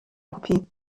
kopie